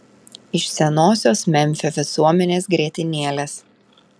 iš senosios memfio visuomenės grietinėlės